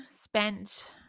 spent